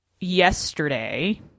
yesterday